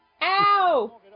Ow